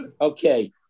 okay